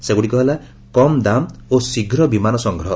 ସେଗୁଡ଼ିକ ହେଲା କମ୍ ଦାମ ଓ ଶୀଘ୍ର ବିମାନ ସଂଗ୍ରହ